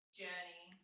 journey